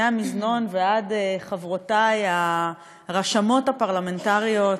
מהמזנון ועד חברותי הרשמות הפרלמנטריות,